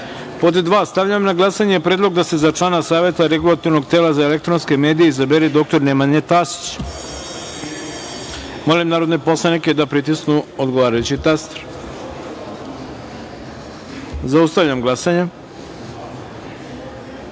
– jedan.2. Stavljam na glasanje predlog da se za člana Saveta Regulatornog tela za elektronske medije izabere Zoran Mirosavljević. Molim narodne poslanike da pritisnu odgovarajući taster. Zaustavljam glasanje: